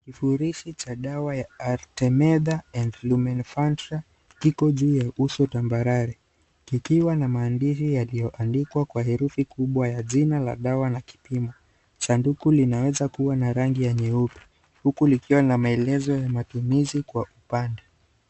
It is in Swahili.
Vifurishi cha dawa ya Arthemeter and Lumefantrine Tablets kiko juu ya uso tambarare kikiwa na maandishi yalioandikwa kwa herufi kubwa ya jina la dawa na kipimo. Sanduku linaweza kuwa la rangi ya nyeupe huku likiwa na maelezo ya matumizi kwa upande.